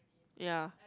ya